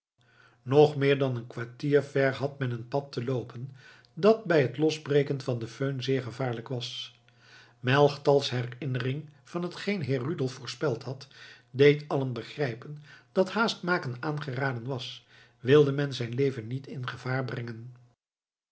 nog meer dan een kwartier ver had men een pad te loopen dat bij het losbreken van de föhn zeer gevaarlijk was melchtals herinnering van hetgeen heer rudolf voorspeld had deed allen begrijpen dat haast maken aangeraden was wilde men zijn leven niet in gevaar brengen